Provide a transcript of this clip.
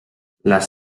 les